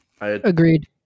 Agreed